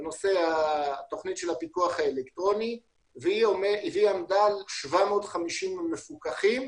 בנושא התכנית של הפיקוח האלקטרוני והיא עמדה על 750 מפוקחים,